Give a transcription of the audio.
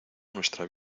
nuestra